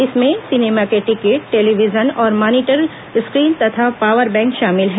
इनमें सिनेमा के ticket television और मॉनिटर स्क्रीन तथा पावर बैंक शामिल हैं